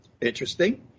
Interesting